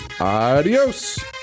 Adios